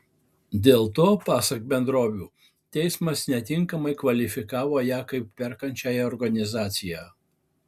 dėl to pasak bendrovių teismas netinkamai kvalifikavo ją kaip perkančiąją organizaciją